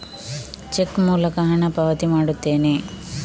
check ಮೂಲಕ ಹಣ ಪಾವತಿ ಮಾಡುತ್ತೇನೆ